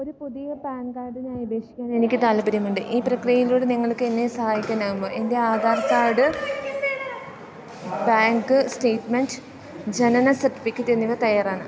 ഒരു പുതിയ പാൻ കാഡിനായി അപേക്ഷിക്കാൻ എനിക്ക് താൽപ്പര്യമുണ്ട് ഈ പ്രക്രിയയിലൂടെ നിങ്ങൾക്കെന്നേ സഹായിക്കാനാകുമോ എൻറ്റെ ആധാർ ക്കാഡ് ബാങ്ക് സ്റ്റേറ്റ്മെൻറ്റ് ജനന സർട്ടിഫിക്കറ്റ് എന്നിവ തയ്യാറാണ്